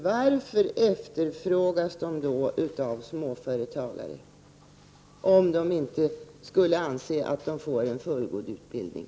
Varför efterfrågas de då av småföretagare, om dessa inte skulle anse att ungdomarna får en fullgod utbildning?